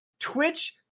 twitch